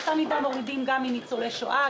באותה מידה מורידים גם מניצולי שואה.